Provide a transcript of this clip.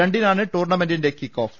രണ്ടിനാണ് ടൂർണമെന്റിന്റെ കിട്ടക്കോഫ്